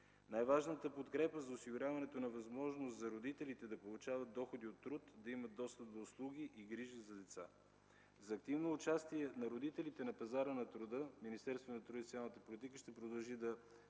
Най-важната подкрепа е осигуряването на възможност за родителите да получават доходи от труд, да имат достъп до услуги и грижи за деца. За активно участие на родителите на пазара на труда Министерството на труда и социалната политика ще продължи да